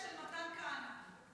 6 של מתן כהנא.